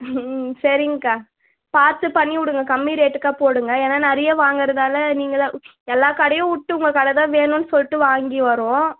ம் ம் சரிங்கக்கா பார்த்து பண்ணிவிடுங்கக்கா கம்மி ரேட்டுக்கா போடுங்க ஏன்னால் நிறைய வாங்கறதாலே நீங்கள் தான் எல்லா கடையும் விட்டு உங்கள் கடை தான் வேணும்னு சொல்லிட்டு வாங்கி வரோம்